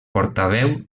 portaveu